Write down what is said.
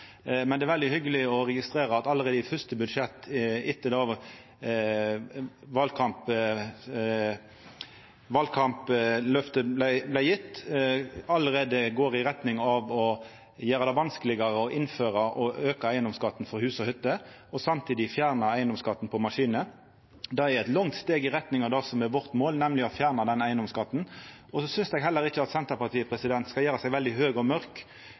men det er veldig hyggjeleg å registrera at allereie det fyrste budsjettet etter at valkampløftet vart gjeve, går i retning av å gjera det vanskelegare å innføra og auka eigedomsskatten på hus og hytte og samtidig fjerna eigedomsskatten på maskiner. Det er eit langt steg i retning av det som er målet vårt, nemleg å fjerna eigedomsskatten. Eg synest heller ikkje at Senterpartiet skal gjera seg veldig høg og mørk